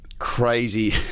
crazy